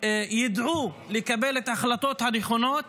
ידעו לקבל את ההחלטות הנכונות